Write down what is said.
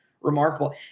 remarkable